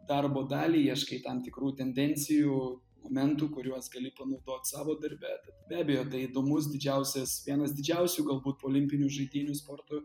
darbo daliai ieškai tam tikrų tendencijų momentų kuriuos gali panaudot savo darbe be abejo tai įdomus didžiausias vienas didžiausių galbūt po olimpinių žaidynių sporto